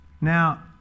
Now